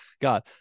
God